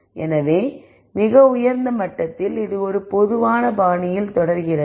எனவே மிக உயர்ந்த மட்டத்தில்இது ஒரு பொதுவான பாணியில் தொடர்கிறது